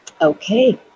Okay